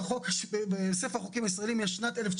בבקשה תסיים.